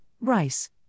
rice